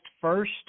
first